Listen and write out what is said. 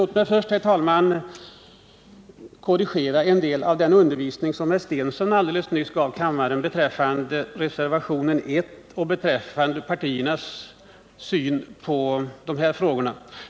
Låt mig först korrigera en del av den undervisning som herr Stensson alldeles nyss gav kammaren beträffande reservationen 1 och partiernas syn på dessa frågor.